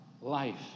life